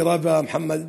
יירה במוחמד.